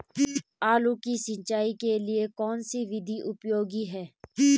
आलू की सिंचाई के लिए कौन सी विधि उपयोगी है?